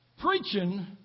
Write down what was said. Preaching